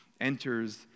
enters